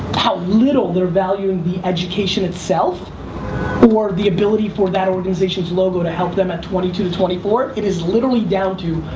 how little they're valuing the education itself or the ability for that organization's logo to help them at twenty two to twenty four. it is literally down to,